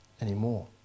anymore